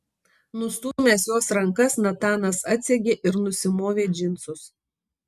nustūmęs jos rankas natanas atsegė ir nusimovė džinsus